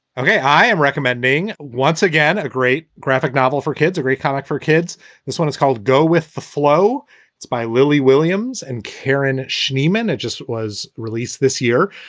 ok, i am recommending once again a great graphic novel for kids, a great comic for kids this one is called go with the flow. it's by lily williams and kieran schneeman. it just was released this year.